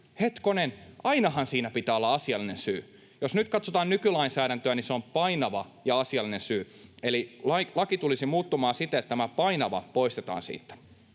Hetkonen, ainahan siinä pitää olla asiallinen syy. Jos nyt katsotaan nykylainsäädäntöä, niin se on ”painava ja asiallinen syy”, eli laki tulisi muuttumaan siten, että tämä ”painava” poistetaan siitä.